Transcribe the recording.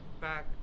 back